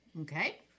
Okay